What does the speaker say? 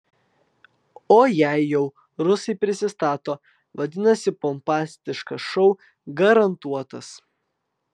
o jei jau rusai prisistato vadinasi pompastiškas šou garantuotas